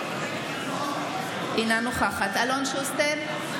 אינה נוכחת אלון שוסטר,